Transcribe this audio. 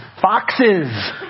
foxes